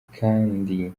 kandi